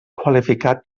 qualificat